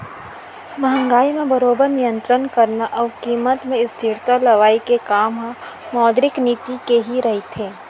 महंगाई म बरोबर नियंतरन करना अउ कीमत म स्थिरता लवई के काम ह मौद्रिक नीति के ही रहिथे